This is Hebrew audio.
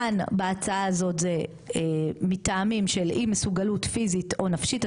כאן בהצעה הזאת זה מטעמים של אי מסוגלות פיסית או נפשית,